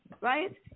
right